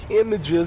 images